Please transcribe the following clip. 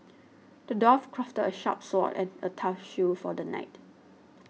the dwarf crafted a sharp sword and a tough shield for the knight